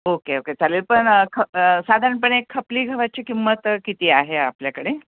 okay okay चालेल पण ख साधारणपणे खपली गव्हाची किंमत किती आहे आपल्याकडे